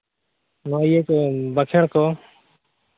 ᱱᱚᱣᱟ ᱤᱭᱟᱹ ᱠᱚ ᱵᱟᱠᱷᱮᱬ ᱠᱚ